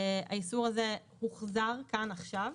האיסור הזה הוחזר כאן עכשיו.